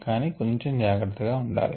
కానీ కొంచెం జాగ్రత్తగా ఉండాలి